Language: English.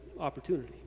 opportunity